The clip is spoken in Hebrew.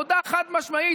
הודה חד-משמעית,